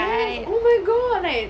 yes oh my god like